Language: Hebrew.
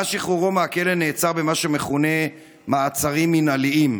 במה שמכונה מעצרים מינהליים,